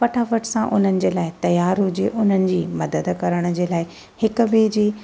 फटाफट सा उन्हनि जे लाइ तयार हुजे उन्हनि जी मदद करण जे लाइ हिकु ॿिए जे